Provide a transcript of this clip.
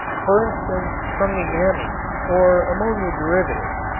for instance from the amines, or ammonia derivatives.